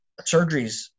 surgeries